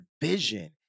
vision